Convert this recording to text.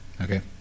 Okay